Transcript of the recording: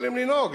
תודה רבה לאדוני.